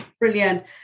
Brilliant